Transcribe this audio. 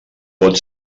pot